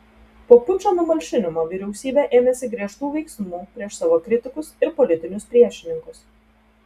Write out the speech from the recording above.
po pučo numalšinimo vyriausybė ėmėsi griežtų veiksmų prieš savo kritikus ir politinius priešininkus